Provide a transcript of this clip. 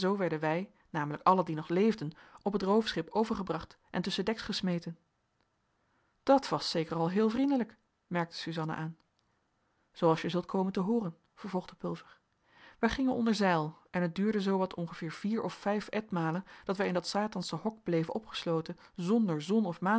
werden wij namelijk allen die nog leefden op het roofschip overgebracht en tusschendeks gesmeten dat was zeker al heel vriendelijk merkte suzanna aan zooals je zult komen te hooren vervolgde pulver wij gingen onder zeil en het duurde zoo wat ongeveer vier of vijf etmalen dat wij in dat satansche hok bleven opgesloten zonder zon of